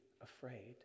afraid